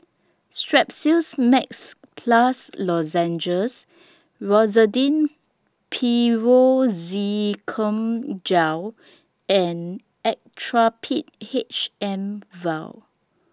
Strepsils Max Plus Lozenges Rosiden Piroxicam Gel and Actrapid H M Vial